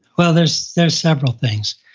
well, there's there's several things.